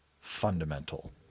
fundamental